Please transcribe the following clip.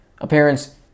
appearance